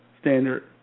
standard